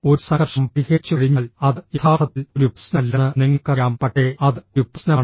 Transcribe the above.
ഒരു സംഘർഷം പരിഹരിച്ചുകഴിഞ്ഞാൽ അത് യഥാർത്ഥത്തിൽ ഒരു പ്രശ്നമല്ലെന്ന് നിങ്ങൾക്കറിയാം പക്ഷേ അത് ഒരു പ്രശ്നമാണ്